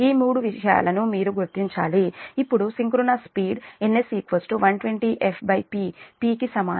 ఈ మూడు విషయాలను మీరు గుర్తించాలి ఇప్పుడు synchronous speed Ns 120fP P కి సమానం 2 పోల్స్ 3000 ఆర్పిఎమ్